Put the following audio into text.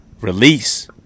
release